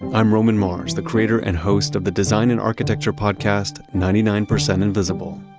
i'm roman mars, the creator and host of the design and architecture podcast, ninety nine percent invisible.